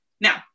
Now